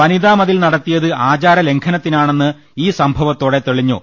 വനിതാ മതിൽ നടത്തിയത് ആചാരലം ഘനത്തിനാണെന്ന് ഈ സംഭവത്തോടെ തെളിഞ്ഞു